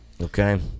Okay